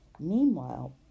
Meanwhile